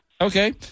Okay